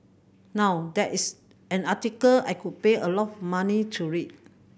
now that is an article I could pay a lot of money to read